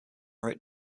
route